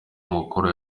mukoro